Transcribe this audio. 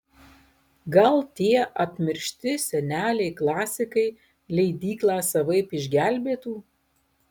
gal tie apmiršti seneliai klasikai leidyklą savaip išgelbėtų